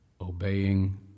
obeying